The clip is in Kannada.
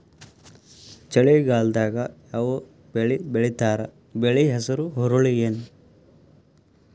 ಚಳಿಗಾಲದಾಗ್ ಯಾವ್ ಬೆಳಿ ಬೆಳಿತಾರ, ಬೆಳಿ ಹೆಸರು ಹುರುಳಿ ಏನ್?